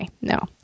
no